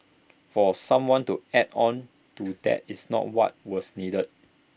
for someone to add on to that is not what was needed